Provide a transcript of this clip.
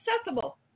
accessible